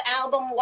album